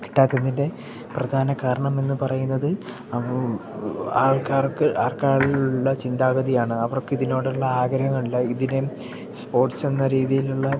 കിട്ടാത്തത്തതിൻ്റെ പ്രധാന കാരണമെന്നു പറയുന്നത് അത് ആൾക്കാർക്ക് ആർക്കാരിലുള്ള ചിന്താഗതിയാണ് അവർക്കിതിനോടുള്ള ആഗ്രഹങ്ങളല്ല ഇതിനെ സ്പോട്സെന്ന രീതിയിലുള്ള